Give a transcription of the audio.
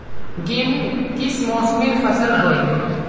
गेहूँ किस मौसमेर फसल होय?